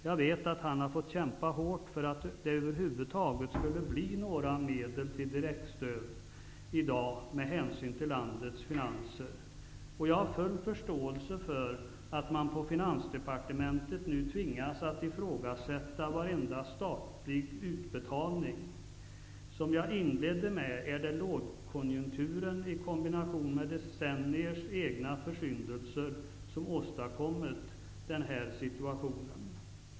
Jag vet att han har kämpat hårt för att det över huvud taget skulle bli några medel till direktstöd, med hänsyn till landets finanser. Jag har full förståelse för att man på Finansdepartementet nu tvingas att ifrågasätta varenda statlig utbetalning. Som jag inledde med är det lågkonjunkturen i kombination med decenniers egna försyndelser som åstadkommer denna situation.